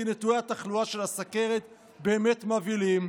כי נתוני התחלואה של הסוכרת באמת מבהילים.